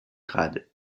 grades